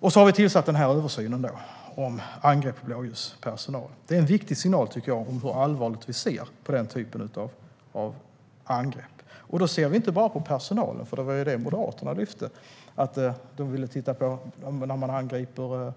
Vi har ordnat översynen om angrepp mot blåljuspersonal. Det tycker jag är en viktig signal om hur allvarligt vi ser på den typen av angrepp. Och vi ser inte bara på personalen. Moderaterna lyfte upp att de vill titta på angrepp mot